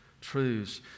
truths